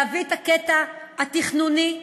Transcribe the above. להביא את הקטע התכנוני,